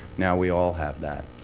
now we all have that.